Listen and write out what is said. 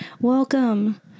Welcome